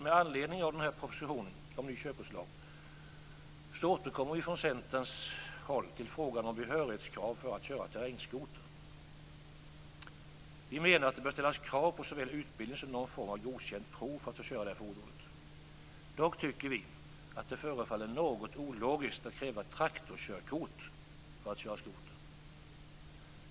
Med anledning av propositionen om ny körkortslag återkommer Centern till frågan om behörighetskrav för att köra terrängskoter. Vi menar att det bör ställas krav på såväl utbildning som någon form av godkänt prov för att få köra detta fordon. Dock tycker vi att det förefaller något ologiskt att kräva traktorkörkort för att köra skoter.